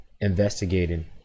investigating